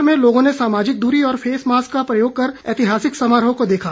प्रदेशभर में लोगों ने सामाजिक दूरी और फेस मास्क का प्रयोग कर ऐतिहासिक समारोह को देखा